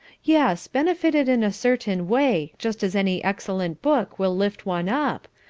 yes, benefited in a certain way, just as any excellent book will lift one up,